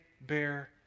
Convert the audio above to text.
bear